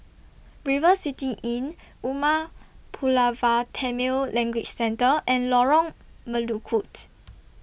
River City Inn Umar Pulavar Tamil Language Centre and Lorong Melukut